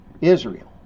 Israel